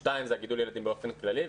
שניים, זה גידול ילדים באופן כללי.